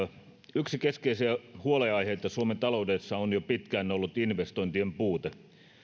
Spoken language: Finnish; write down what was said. yksi keskeisiä huolenaiheita suomen taloudessa on jo pitkään ollut investointien puute